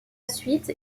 suite